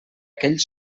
aquell